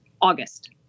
August